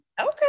Okay